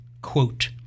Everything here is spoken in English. quote